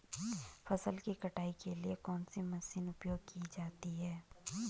फसल की कटाई के लिए कौन सी मशीन उपयोग की जाती है?